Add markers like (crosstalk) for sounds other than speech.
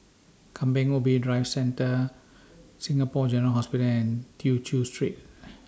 Kampong Ubi Driving Test Centre Singapore General Hospital and Tew Chew Street (noise)